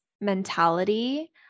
mentality